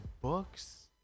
books